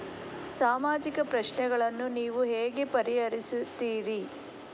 ಸಾಮಾಜಿಕ ಪ್ರಶ್ನೆಗಳನ್ನು ನೀವು ಹೇಗೆ ಪರಿಹರಿಸುತ್ತೀರಿ?